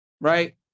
Right